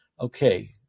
Okay